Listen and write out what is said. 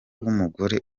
w’umugore